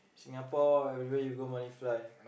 Singapore where ever you go money fly